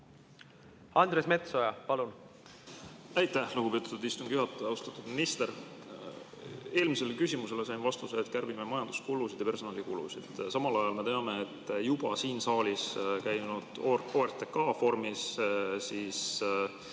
Andres Metsoja, palun! Aitäh, lugupeetud istungi juhataja! Austatud minister! Eelmisele küsimusele sain vastuse, et kärbime majanduskulusid ja personalikulusid. Samal ajal me teame, et juba siin saalis käinud OTRK vormis